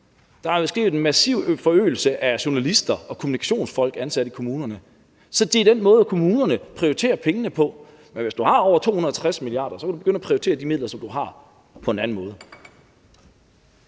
Der er sket en massiv forøgelse af kommunikationsfolk og journalister ansat i kommunerne, så det er den måde, som kommunerne prioriterer pengene på. Men hvis du har over 260 mia. kr., kan du begynde at prioritere de midler, som du har, på en anden måde.